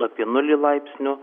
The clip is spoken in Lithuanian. apie nulį laipsnių